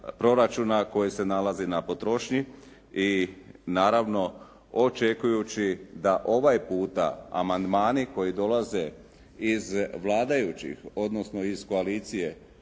koje se nalaze na potrošnji i naravno očekujući da ovaj puta amandmani koji dolaze iz vladajućih, odnosno iz koalicije